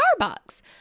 starbucks